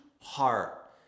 heart